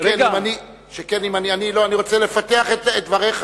אני רוצה לפתח את דבריך.